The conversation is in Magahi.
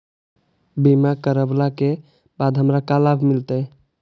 बीमा करवला के बाद हमरा का लाभ मिलतै?